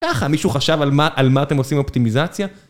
ככה מישהו חשב על מה אתם עושים באופטימיזציה?